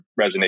resonate